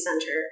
center